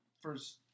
first